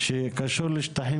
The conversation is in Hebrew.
שקשור לשטחים